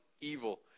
evil